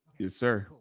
yes sir.